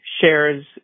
shares